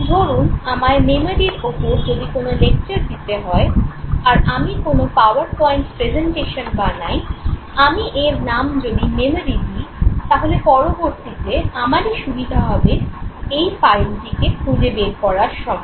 ধরুনআমায় "মেমোরি"র ওপর যদি কোন লেকচার দিতে হয় আর আমি কোন পাওয়ারপয়েন্ট প্রেজেন্টেশন বানাই আমি এর নাম যদি "মেমোরি" দিই তাহলে পরবর্তীতে আমারই সুবিধে হবে এই ফাইলটিকে খুঁজে বের করার সময়ে